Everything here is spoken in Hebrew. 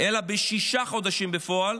אלא בשישה חודשים בפועל.